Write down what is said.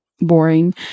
boring